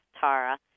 Tara